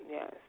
Yes